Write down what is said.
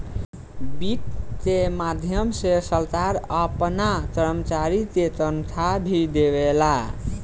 वित्त के माध्यम से सरकार आपना कर्मचारी के तनखाह भी देवेला